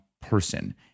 person